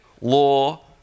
law